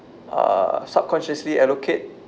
uh subconsciously allocate